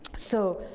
so,